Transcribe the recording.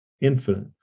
Infinite